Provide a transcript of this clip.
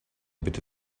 bitte